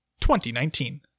2019